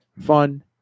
fun